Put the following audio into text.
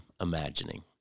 imagining